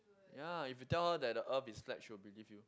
ya if you tell her that the Earth is flat she will believe you